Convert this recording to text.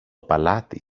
παλάτι